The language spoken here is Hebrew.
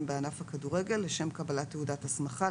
בענף הכדורגל לשם קבלת תעודת הסמכה,